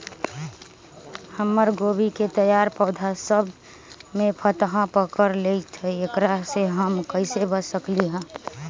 हमर गोभी के तैयार पौधा सब में फतंगा पकड़ लेई थई एकरा से हम कईसे बच सकली है?